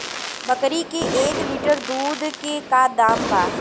बकरी के एक लीटर दूध के का दाम बा?